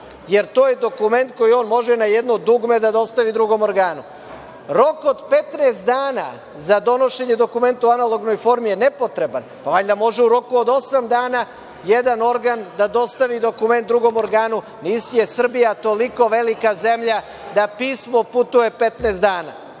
jer to je dokument koji on može na jedno dugme da dostavi drugom organu. Rok od 15 dana za donošenje dokumenta u analognoj formi je nepotreban. Pa, valjda može u roku od osam dana jedan organ da dostavi dokument drugom organu. Nije Srbija toliko velika zemlja da pismo putuje 15